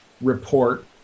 Report